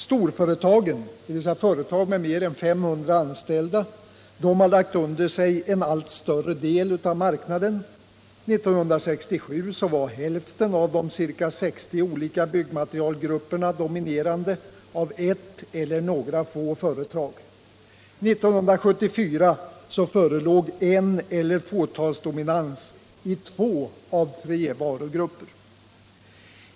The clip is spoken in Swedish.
Storföretagen, dvs. företag med mer än 500 anställda, har lagt under sig en allt större del av marknaden. 1967 var hälften av de ca 60 olika byggmaterialgrupperna dominerade av ett eller några få företag. 1974 förelåg eneller fåtalsdominans i två av tre varugrupper.